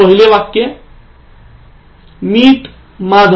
तर पहिले वाक्य Meet Madhav